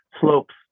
slopes